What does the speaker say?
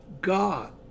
God